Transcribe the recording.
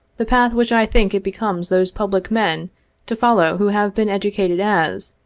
the path which i think it becomes those public men to follow who have been educated as,